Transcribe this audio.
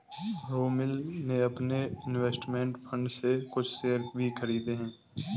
रोमिल ने अपने investment fund से कुछ शेयर भी खरीदे है